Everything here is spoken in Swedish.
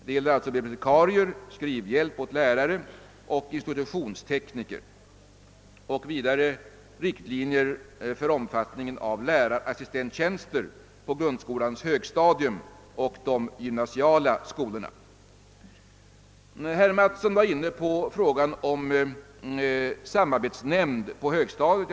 Jag avser då bibliotekarier, institutionstekniker samt skrivhjälp åt lärare. Likaså saknas riktlinjer för omfattningen av lärareassistenttjänster på grundskolans högstadium och i de gymnasiala skolorna. Herr Mattsson var inne på frågan om samarbetsnämnder i grundskolor med högstadium.